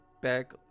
back